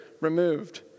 removed